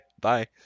bye